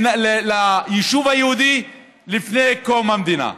ליישוב היהודי לפני קום המדינה,